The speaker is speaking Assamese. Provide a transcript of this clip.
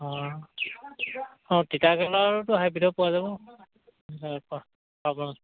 অঁ অঁ তিতাকেৰেলাটো হাইব্ৰীডৰ পোৱা যাব